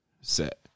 set